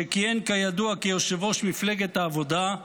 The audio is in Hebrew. שכיהן כידוע כיושב-ראש מפלגת העבודה,